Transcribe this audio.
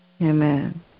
Amen